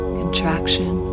contraction